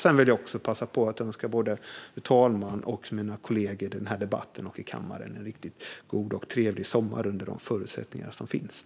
Jag vill passa på att önska fru talmannen och mina kollegor i debatten och i kammaren en riktigt god och trevlig sommar under de förutsättningar som råder.